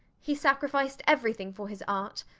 he sacrificed everything for his art.